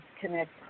connect